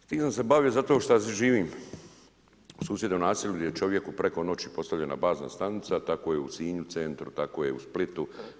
S tim sam se bavio zato što živim u susjednom naselju gdje je čovjeku preko noći postavljena bazna stanica, tako je u Sinju centru, tako je u Splitu.